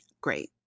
Great